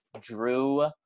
drew